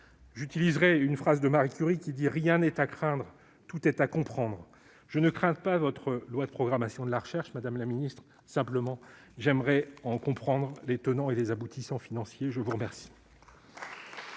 conclure, une phrase de Marie Curie :« Rien n'est à craindre, tout est à comprendre. » Je ne crains pas votre loi de programmation de la recherche, madame la ministre ; j'aimerais simplement en comprendre les tenants et les aboutissants financiers. Je suis saisi,